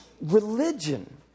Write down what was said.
religion